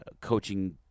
coaching